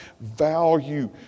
value